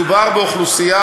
מדובר באוכלוסייה,